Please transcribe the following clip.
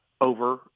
over